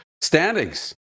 standings